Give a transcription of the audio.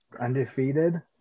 undefeated